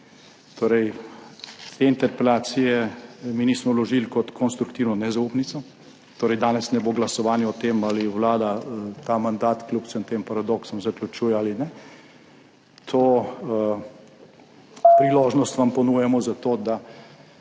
mestu. Te interpelacije mi torej nismo vložili kot konstruktivno nezaupnico. Danes ne bo glasovanja o tem, ali vlada ta mandat kljub vsem tem paradoksom zaključuje ali ne. To priložnost vam ponujamo zato, da